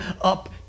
up